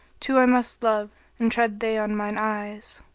two i must love an tread they on mine eyes.